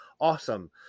awesome